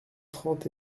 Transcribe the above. trente